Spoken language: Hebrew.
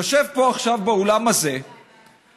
יושב פה עכשיו באולם הזה אדם,